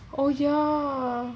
oh ya